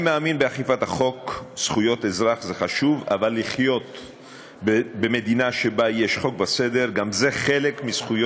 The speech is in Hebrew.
להצעה זו הוצמדה הצעת